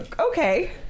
Okay